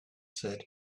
said